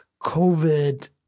covid